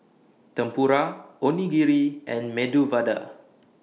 Tempura Onigiri and Medu Vada